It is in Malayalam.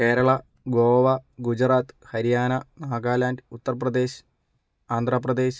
കേരള ഗോവ ഗുജറാത്ത് ഹരിയാന നാഗാലാൻഡ് ഉത്തർപ്രദേശ് ആന്ധ്രാപ്രദേശ്